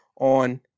on